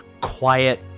quiet